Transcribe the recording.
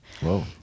Whoa